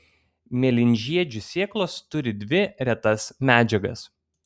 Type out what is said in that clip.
mėlynžiedžių sėklos turi dvi retas medžiagas